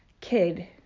kid